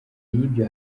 y’ibyo